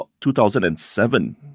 2007